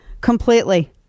Completely